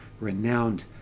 renowned